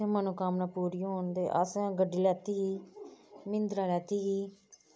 उत्थै मनोकामनां पूरियां होन ते असें गड्डी लैती ही मिंदरा लैती ही